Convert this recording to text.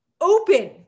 open